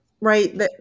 right